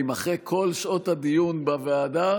האם אחרי כל שעות הדיון בוועדה